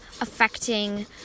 affecting